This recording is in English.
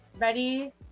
Ready